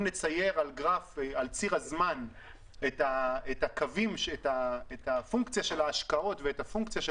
אם נצייר על ציר הזמן את הפונקציה של ההשקעות ואת הפונקציה של